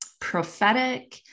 prophetic